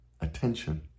Attention